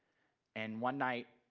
and one night,